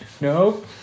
No